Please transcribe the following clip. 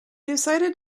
decided